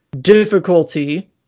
difficulty